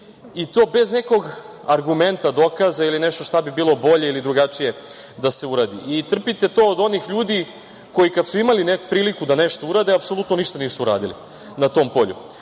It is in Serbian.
i to bez nekog argumenta, dokaza ili nečega šta bi bilo bolje ili drugačije da se uradi i trpite to od onih ljudi koji kada su imali priliku da nešto urade apsolutno ništa nisu uradili na tom polju. Sama